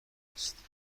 است